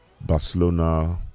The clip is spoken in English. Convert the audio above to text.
Barcelona